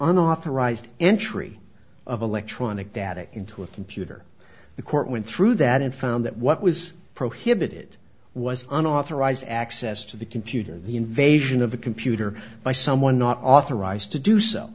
unauthorized entry of electronic data into a computer the court went through that and found that what was prohibited was unauthorized access to the computer the invasion of a computer by someone not authorized to do so